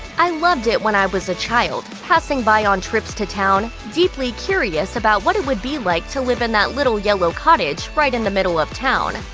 i loved it when i was child, passing by on trips to town, deeply curious about what it would be like to live in that little yellow cottage, right in the middle of town.